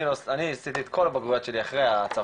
כי אני עשיתי את כל הבגרויות שלי אחרי הצבא,